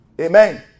Amen